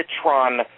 citron